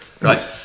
right